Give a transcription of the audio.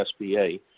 SBA